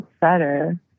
better